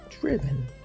driven